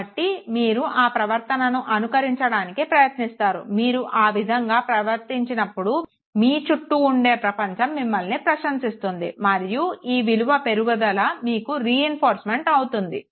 కాబట్టి మీరు ఆ ప్రవర్తనను అనుకరించడానికి ప్రయత్నిస్తారు మీరు ఆ విదంగా ప్రవర్తించినప్పుడు మీరు చుట్టూ ఉండే ప్రపంచం మీమల్ని ప్రశంసిస్తుంది మరియు ఈ విలువ పెరుగుదల మీకు రెయిన్ఫోర్స్మెంట్ అవుతుంది